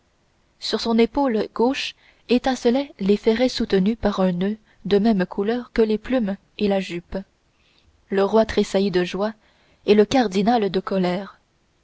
sur son épaule gauche étincelaient les ferrets soutenus par un noeud de même couleur que les plumes et la jupe le roi tressaillit de joie et le cardinal de colère